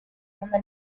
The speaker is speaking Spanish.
una